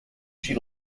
she